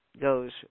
goes